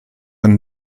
hwn